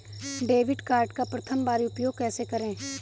Debit card का प्रथम बार उपयोग कैसे करेंगे?